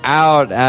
out